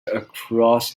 across